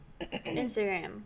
instagram